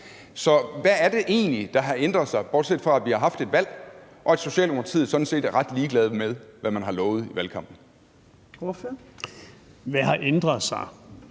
Så hvad er det egentlig, der har ændret sig, bortset fra at vi har haft et valg, og at Socialdemokratiet sådan set er ret ligeglade med, hvad man har lovet i valgkampen? Kl. 13:44 Fjerde